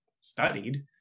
studied